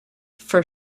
for